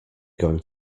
going